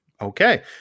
Okay